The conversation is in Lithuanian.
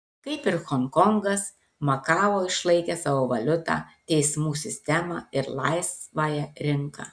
kaip ir honkongas makao išlaikė savo valiutą teismų sistemą ir laisvąją rinką